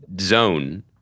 zone